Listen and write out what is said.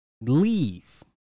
leave